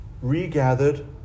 regathered